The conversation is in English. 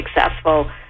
successful